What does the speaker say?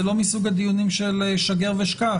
זה לא מסוג הדיונים של שגר ושכח,